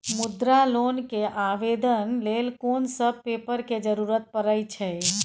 मुद्रा लोन के आवेदन लेल कोन सब पेपर के जरूरत परै छै?